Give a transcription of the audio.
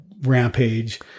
Rampage